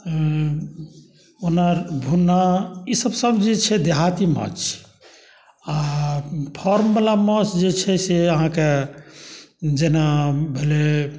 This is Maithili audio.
भुन्ना ईसभ सभ जे छै देहाती माँछ छै आ फर्मवला माँछ जे छै से अहाँकेँ जेना भेलै